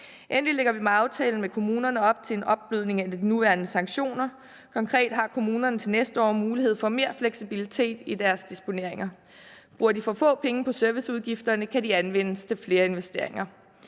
Endelig lægger vi med aftalen med kommunerne op til en opblødning af de nuværende sanktioner. Konkret har kommunerne til næste år mulighed for mere fleksibilitet i deres disponeringer. Bruger de for få penge på serviceudgifterne, kan de anvendes til flere investeringer.